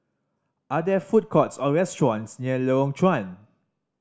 are there food courts or restaurants near Lorong Chuan